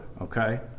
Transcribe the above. Okay